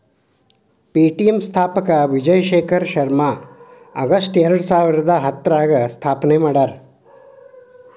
Paytm ಸ್ಥಾಪಕ Vijay Shekhar Sharma August ಎರಡಸಾವಿರದ ಹತ್ತರಾಗ ಸ್ಥಾಪನೆ ಮಾಡ್ಯಾರ